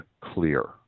clear